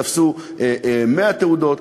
תפסו 100 תעודות,